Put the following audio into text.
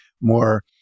more